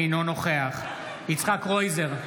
אינו נוכח יצחק קרויזר,